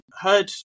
heard